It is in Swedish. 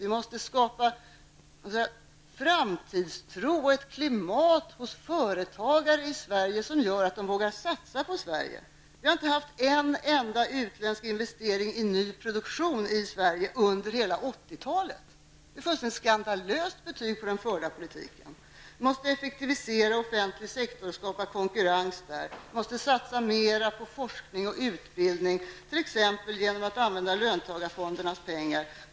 Vi måste skapa framtidstro och ett klimat hos företagare i Sverige som gör att de vågar satsa på Sverige. Vi har inte haft en enda utländsk investering i ny produktion i Sverige under hela 80 talet. Det är ett fullständigt skandalöst betyg på den förda politiken. Vi måste effektivisera den offentliga sektorn och skapa konkurrens där. Vi måste satsa mera på forskning och utbildning, t.ex. genom att använda löntagarfondernas pengar.